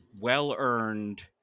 well-earned